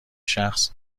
شخص